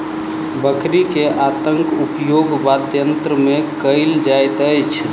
बकरी के आंतक उपयोग वाद्ययंत्र मे कयल जाइत अछि